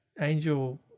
angel